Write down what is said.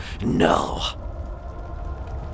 No